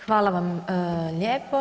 Hvala vam lijepo.